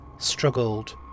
Struggled